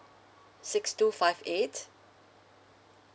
six two five eight